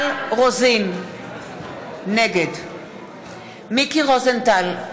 נגד מיקי רוזנטל,